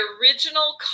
original